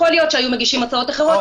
יכול להיות שהיו מגישים הצעות אחרות,